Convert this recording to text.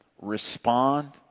respond